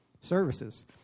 services